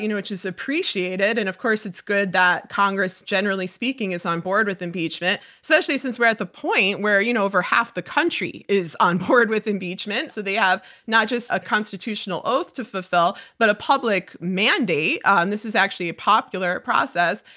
you know which is appreciated, and of course it's good that congress, generally speaking, is on board with impeachment, especially since we're at the point where you know over half the country is on board with impeachment, so they have not just a constitutional oath to fulfill, but a public mandate. ah and this is actually a popular process.